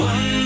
One